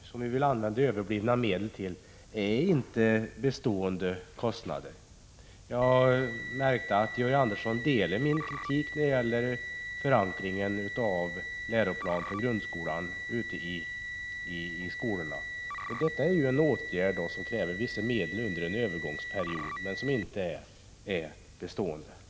och som vi vill använda överblivna medel till medför inte bestående kostnader. Jag märkte att Georg Andersson instämde i min kritik mot förankringen av läroplanen för grundskolan ute i skolorna. Åtgärden att förbättra förankringen kräver vissa medel under en övergångsperiod, men kostnaden blir inte bestående.